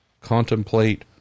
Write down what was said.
contemplate